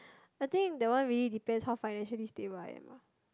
I think that one really depends how financially stable I am ah